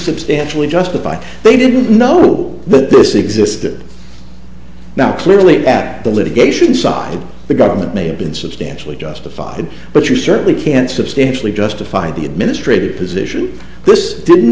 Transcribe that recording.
substantially justified they didn't know little but this existed now clearly at the litigation side of the government may have been substantially justified but you certainly can't substantially justify the administrative position this didn't